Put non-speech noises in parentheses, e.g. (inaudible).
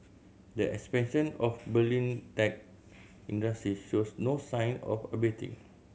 the expansion of Berlin tech (unintelligible) shows no sign of abating